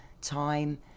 time